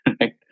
right